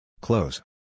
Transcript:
Close